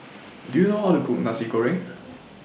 Do YOU know How to Cook Nasi Goreng